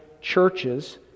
churches